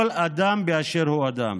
כל אדם באשר הוא אדם.